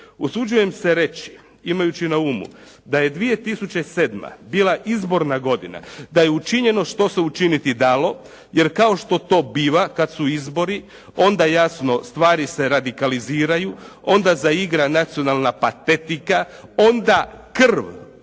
Usuđujem se reći imajući na umu, da je 2007. bila izborna godina, da je učinjeno što se učiniti dalo, jer kao što to biva, kada su izbor, onda jasno stvari se radikaliziraju, onda zaigra nacionalna patetika, onda krv